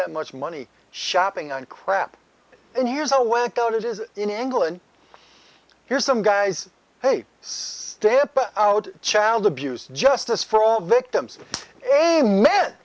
that much money shopping on crap and here's a lack of it is in england here's some guys hate stand out child abuse justice for all victims a me